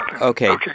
Okay